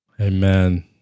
Amen